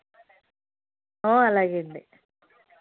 అలాగే అండి